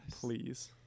please